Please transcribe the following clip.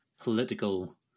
political